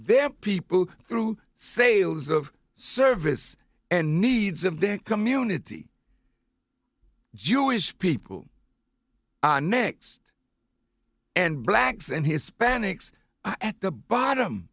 their people through sales of service and needs of their community jewish people next and blacks and hispanics at the bottom